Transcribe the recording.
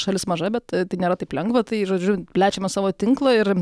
šalis maža bet tai nėra taip lengva tai žodžiu plečiame savo tinklą ir